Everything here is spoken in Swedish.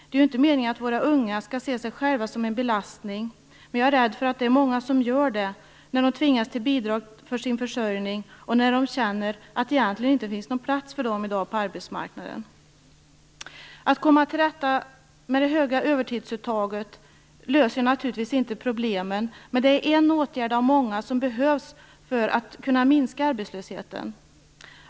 Det är inte meningen att våra unga skall se sig själva som en belastning, men jag är rädd för att det är många som gör det när de tvingas ta bidrag för sin försörjning och när de känner att det egentligen inte finns någon plats för dem i dag på arbetsmarknaden. Att komma till rätta med det höga övertidsuttaget löser naturligtvis inte problemen, men det är en åtgärd av många som behövs för att vi skall kunna minska arbetslösheten.